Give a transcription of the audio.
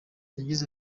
yagize